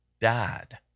died